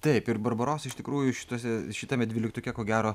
taip ir barbarosa iš tikrųjų šituose šitame dvyliktuke ko gero